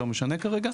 לא משנה כרגע,